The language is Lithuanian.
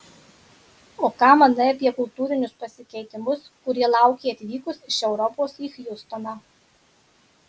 o ką manai apie kultūrinius pasikeitimus kurie laukė atvykus iš europos į hjustoną